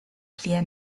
clear